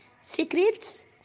Secrets